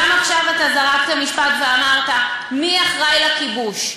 גם עכשיו אתה זרקת משפט ואמרת: מי אחראי לכיבוש?